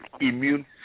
immune